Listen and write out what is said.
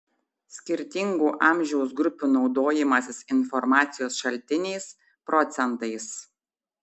skirtingų amžiaus grupių naudojimasis informacijos šaltiniais procentais